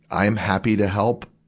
i'm happy to help,